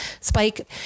Spike